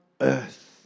earth